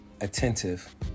Attentive